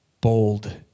Bold